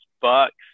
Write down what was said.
Bucks